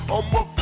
I'ma